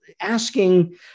asking